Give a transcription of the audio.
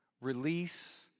release